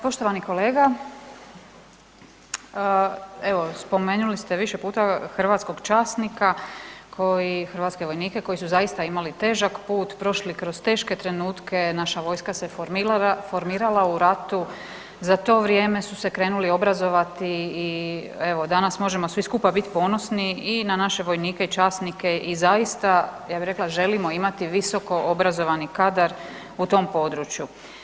Poštovani kolega, evo spomenuli ste više puta hrvatskog časnika koji i hrvatske vojnike koji su zaista imali težak put i prošli kroz teške trenutke, naša vojska se formirala u ratu, za to vrijeme su se krenuli obrazovati i evo danas možemo svi skupa bit ponosni i na naše vojnike i časnike i zaista ja bi rekla želimo imati visoko obrazovani kadar u tom području.